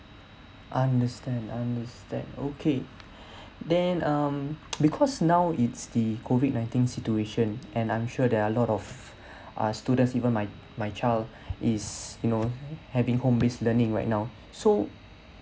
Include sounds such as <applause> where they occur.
understand understand okay <breath> then um <noise> because now it's the COVID nineteen situation and I'm sure there are lot of <breath> uh students even my my child <breath> is you know having home based learning right now so